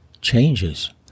changes